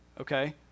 okay